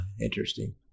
Interesting